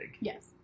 Yes